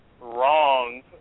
wrong